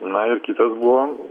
na ir kitas buvo